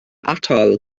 atoll